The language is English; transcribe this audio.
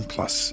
Plus